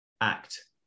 act